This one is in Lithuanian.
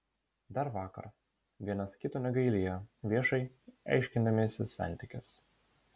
dar vakar vienas kito negailėjo viešai aiškindamiesi santykius